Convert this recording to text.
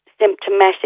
symptomatic